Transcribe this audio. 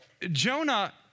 Jonah